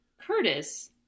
Curtis